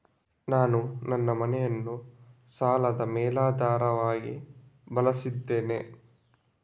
ನಾನು ನನ್ನ ಮನೆಯನ್ನು ಸಾಲದ ಮೇಲಾಧಾರವಾಗಿ ಬಳಸಿದ್ದೇನೆ